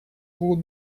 будут